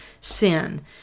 sin